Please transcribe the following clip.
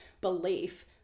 belief